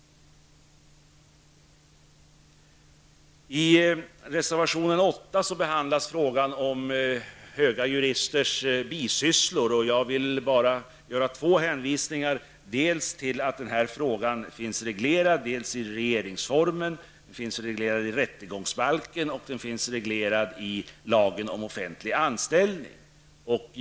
I reservation 8 behandlas frågan om bisysslor för jurister på höga tjänster. Jag vill göra två hänvisningar. Frågan är reglerad dels i regeringsformen och i rättegångsbalken, dels i lagen om offentlig anställning.